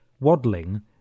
waddling